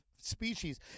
species